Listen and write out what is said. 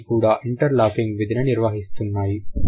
అవన్నీ కూడా interlocking విధిని నిర్వహిస్తున్నాయి